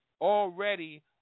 already